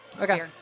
Okay